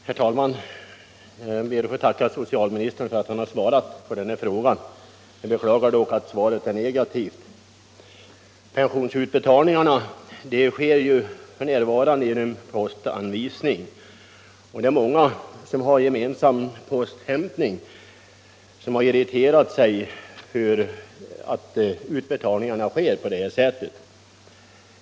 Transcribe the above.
Herr talman! Jag ber att få tacka socialministern för att han svarat på frågan. Jag beklagar dock att svaret är negativt. Pensionsutbetalningarna sker f. n. genom postanvisning. Många, som har gemensam posthämtning, har irriterat sig på att utbetalningarna sker på det här sättet.